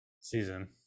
season